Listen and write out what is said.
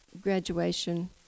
graduation